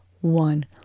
one